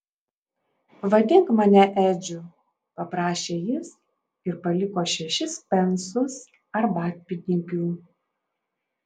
vadink mane edžiu paprašė jis ir paliko šešis pensus arbatpinigių